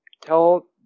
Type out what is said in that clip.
tell